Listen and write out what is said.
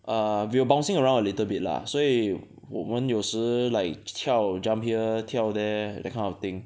err we were bouncing around a little bit lah 所以我们有时来跳 jump here 跳 there that kind of thing